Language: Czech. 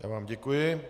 Já vám děkuji.